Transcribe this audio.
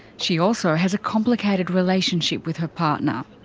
she also has a complicated relationship with her partner.